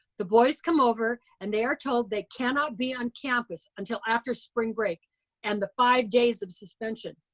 the boys come over and they are told they cannot be on campus until after spring break and the five days of suspension.